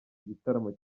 igitaramo